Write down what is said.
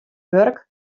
wurk